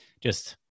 just-